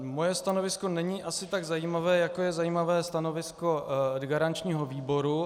Moje stanovisko není asi tak zajímavé, jako je zajímavé stanovisko garančního výboru.